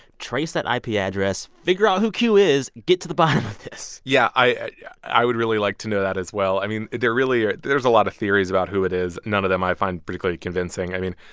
trace that ip address. figure out who q is. get to the bottom of this yeah. i yeah i would really like to know that, as well. i mean, there really are there's a lot of theories about who it is, none of them i find particularly convincing. i mean,